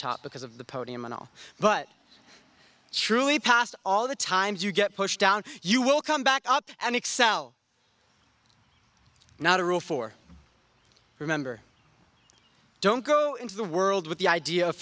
top because of the podium and all but truly past all the times you get pushed down you will come back up and excel not a rule for remember don't go into the world with the idea of